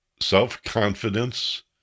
self-confidence